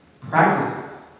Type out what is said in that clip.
practices